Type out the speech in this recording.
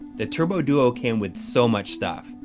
the turbo duo came with so much stuff.